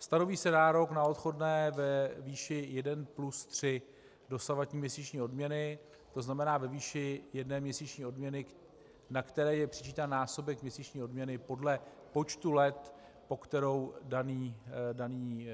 Stanoví se nárok na odchodné ve výši jeden plus tři dosavadní měsíční odměny, to znamená ve výši jedné měsíční odměny, na které je přičítán násobek měsíční odměny podle počtu let, po kterou daný